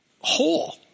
Whole